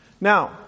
Now